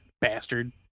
Bastard